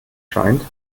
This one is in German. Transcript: scheint